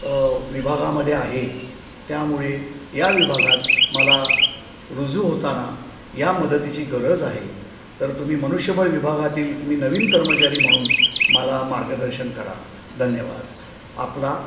विभागामधे आहे त्यामुळे या विभागात मला रुजू होताना या मदतीची गरज आहे तर तुम्ही मनुष्यबळ विभागातील मी नवीन कर्मचारी म्हणून मला मार्गदर्शन करा धन्यवाद आपला